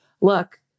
look